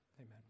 Amen